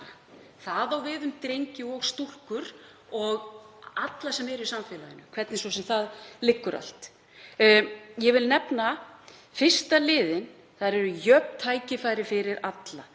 Það á við um drengi og stúlkur og alla sem eru í samfélaginu, hvernig svo sem það liggur allt. Ég vil nefna fyrsta liðinn. Þar eru jöfn tækifæri fyrir alla.